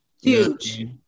Huge